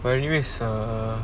but anyways err